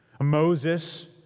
Moses